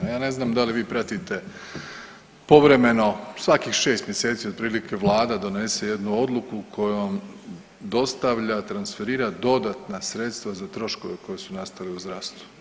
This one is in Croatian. Ja ne znam da li vi pratite povremeno svakih šest mjeseci otprilike, vlada donese jednu odluku kojom dostavlja transferira dodatna sredstva za troškove koji su nastali u zdravstvu.